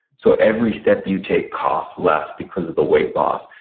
so every step you take costs less because of the weight loss.